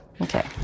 Okay